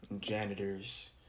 janitors